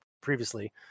previously